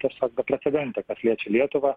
tiesiog beprecedentė kas liečia lietuvą